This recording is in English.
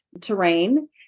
terrain